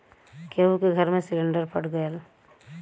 केहु के घर मे सिलिन्डर फट गयल